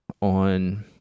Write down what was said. on